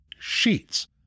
sheets